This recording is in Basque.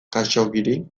khaxoggiri